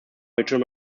virtual